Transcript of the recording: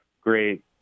great